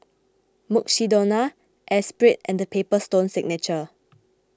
Mukshidonna Espirit and the Paper Stone Signature